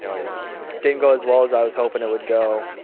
yeah didn't go as well as i was hoping it would go,